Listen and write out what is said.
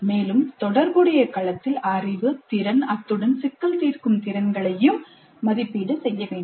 மேலும் தொடர்புடைய களத்தில் அறிவு திறன் அத்துடன் சிக்கல் தீர்க்கும் திறன்களையும் மதிப்பீடு செய்ய வேண்டும்